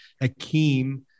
Akeem